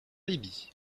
libye